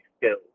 skills